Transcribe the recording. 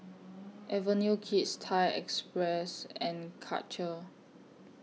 Avenue Kids Thai Express and Karcher